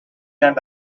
and